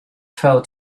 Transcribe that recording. fell